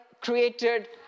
created